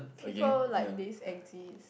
people like this exist